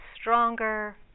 stronger